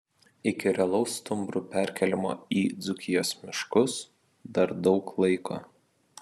iki realaus stumbrų perkėlimo į dzūkijos miškus dar daug laiko